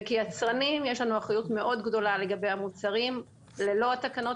כיצרנים יש לנו אחריות מאוד גדולה לגבי המוצרים ללא התקנות